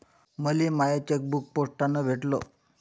मले my chequebook पोस्टानं भेटल